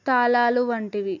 తాళాలు వంటివి